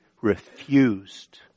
refused